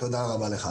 תודה רבה לך.